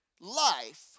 life